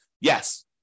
Yes